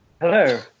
Hello